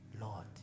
Lord